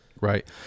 right